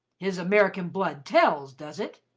his american blood tells, does it?